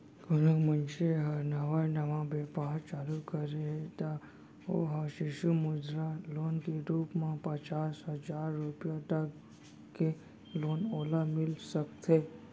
कोनो मनसे ह नवा नवा बेपार चालू करे हे त ओ ह सिसु मुद्रा लोन के रुप म पचास हजार रुपया तक के लोन ओला मिल सकथे